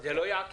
זה לא יעכב?